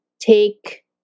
take